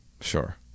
sure